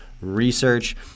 Research